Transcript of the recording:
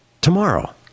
tomorrow